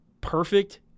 perfect